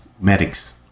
medics